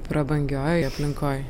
prabangioj aplinkoj